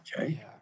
okay